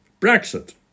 Brexit